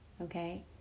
okay